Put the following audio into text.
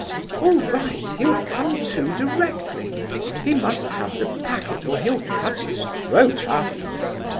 all right he'll come to directly he must have the packet or he'll cut his throat afterwards.